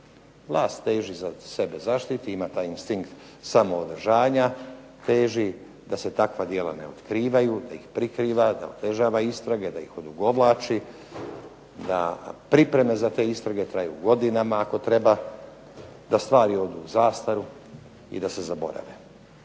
Vlast teži da sebe zaštiti, ima taj instinkt samoodržanja, teži da se takva djela ne otkrivaju, da ih prikriva, da otežava istrage, da ih odugovlači, da pripreme za te istrage traju godinama ako treba, da stvari odu u zastaru i da se zaborave.